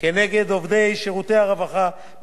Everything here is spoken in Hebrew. נגד עובדי שירותי הרווחה,